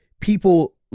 people